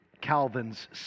Calvin's